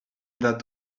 that